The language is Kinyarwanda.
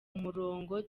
umurongo